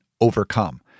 overcome